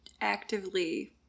actively